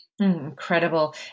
Incredible